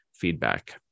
feedback